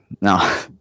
No